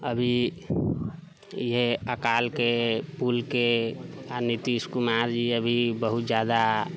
अभी ईहे अकालके पुलके आओर नीतीश कुमारजी अभी बहुत ज्यादा